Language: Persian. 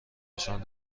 نشان